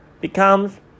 becomes